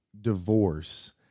divorce